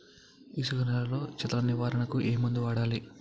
ఇసుక నేలలో చదల నివారణకు ఏ మందు వాడాలి?